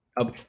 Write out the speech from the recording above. Okay